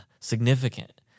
Significant